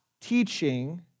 teaching